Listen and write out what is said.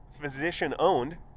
physician-owned